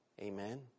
Amen